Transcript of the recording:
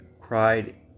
cried